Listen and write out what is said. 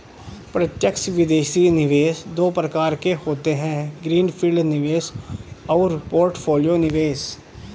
प्रत्यक्ष विदेशी निवेश दो प्रकार के होते है ग्रीन फील्ड निवेश और पोर्टफोलियो निवेश